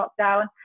lockdown